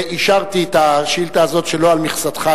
אישרתי את השאילתא הזאת שלא על מכסתך,